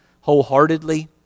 wholeheartedly